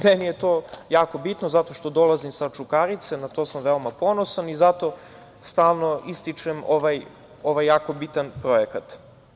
Meni je to jako bitno zato što dolazim sa Čukarice i na to sam veoma ponosan i zato stalno ističem ovaj jako bitan projekat.